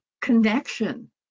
connection